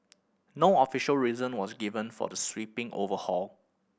no official reason was given for the sweeping overhaul